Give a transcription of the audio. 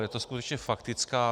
Je to skutečně faktická.